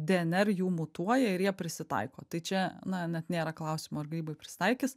dnr jų mutuoja ir jie prisitaiko tai čia na net nėra klausimo ar grybai prisitaikys